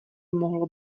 mohlo